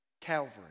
Calvary